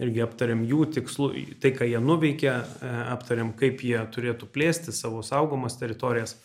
irgi aptarėm jų tikslus tai ką jie nuveikė aptarėm kaip jie turėtų plėsti savo saugomas teritorijas